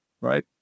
right